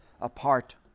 apart